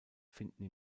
finden